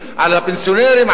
על הפנסיונרים,